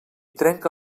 trenca